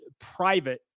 private